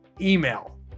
email